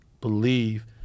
believe